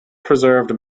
preserved